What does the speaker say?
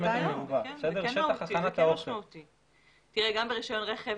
גם ברישיון רכב,